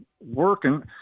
working